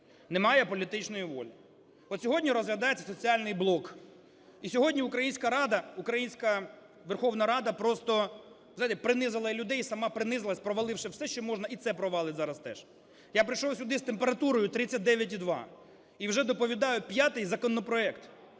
немає політичної волі. От сьогодні розглядається соціальний блок, і сьогодні українська Рада, українська Верховна Рада просто, знаєте, принизила людей і сама принизилась, проваливши все, що можна, і це провалить зараз теж. Я прийшов сюди з температурою 39,2 і вже доповідаю п'ятий законопроект,